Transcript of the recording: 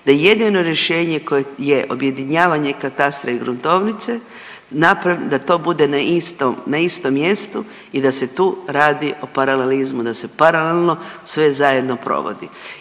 je jedino rješenje koje je objedinjavanje katastra i gruntovnice, da to bude na istom mjestu i da se tu radi o paralelizmu, da se paralelno sve zajedno provodi.